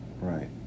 right